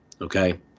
okay